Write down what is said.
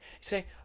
say